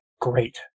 great